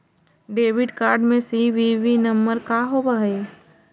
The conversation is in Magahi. डेबिट कार्ड में सी.वी.वी नंबर का होव हइ?